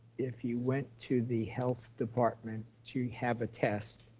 if you went to the health department to have a test,